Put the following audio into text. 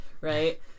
right